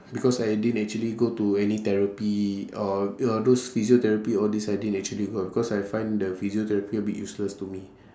because I didn't actually go to any therapy or or those physiotherapy all these I didn't actually go cause I find the physiotherapy a bit useless to me